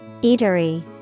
Eatery